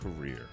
career